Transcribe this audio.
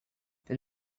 then